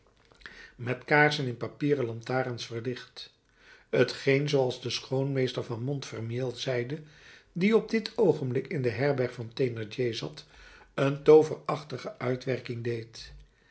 met kaarsen in papieren lantaarns verlicht t geen zooals de schoolmeester van montfermeil zeide die op dit oogenblik in de herberg van thénardier zat een tooverachtige uitwerking deed